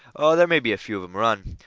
oh, there may be a few of em run,